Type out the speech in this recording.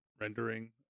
rendering